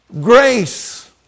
Grace